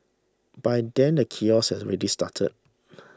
by then the chaos had already started